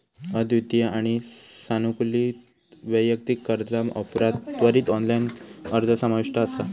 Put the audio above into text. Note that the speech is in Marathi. अद्वितीय आणि सानुकूलित वैयक्तिक कर्जा ऑफरात त्वरित ऑनलाइन अर्ज समाविष्ट असा